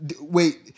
wait